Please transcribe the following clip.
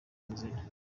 nzira